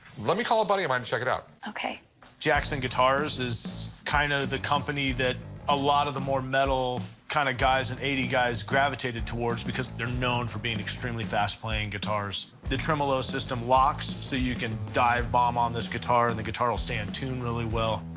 let me call a buddy of mine to check it out. ok. jesse amoroso jackson guitars is kind of the company that a lot of the more metal kind of guys and eighty guys gravitated towards, because they're known for being extremely fast playing guitars. the tremolo system locks, so you can dive bomb on this guitar, and the guitar will stay in tune really well.